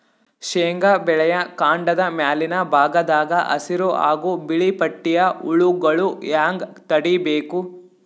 ಶೇಂಗಾ ಬೆಳೆಯ ಕಾಂಡದ ಮ್ಯಾಲಿನ ಭಾಗದಾಗ ಹಸಿರು ಹಾಗೂ ಬಿಳಿಪಟ್ಟಿಯ ಹುಳುಗಳು ಹ್ಯಾಂಗ್ ತಡೀಬೇಕು?